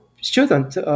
students